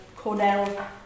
Cornell